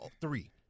three